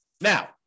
Now